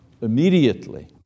immediately